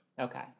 Okay